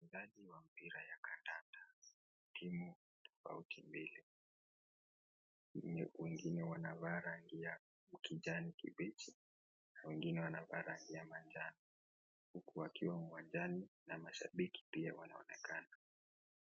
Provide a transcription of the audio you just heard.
Idadi wa mpira wa kandanda timu tofauti mbili, kuna kundi yenye wanavaa rangi ya kijani kibichi na wengine wanavaa rangi ya manjano huku wakiwa uwanjani na mashabiki pia wanaonekana.